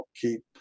keep